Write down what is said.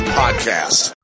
podcast